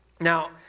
Now